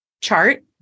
chart